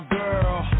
girl